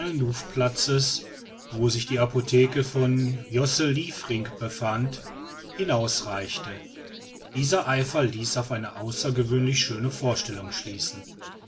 wo sich die apotheke von josse liefrinck befand hinausreichte dieser eifer ließ auf eine außergewöhnlich schöne vorstellung schließen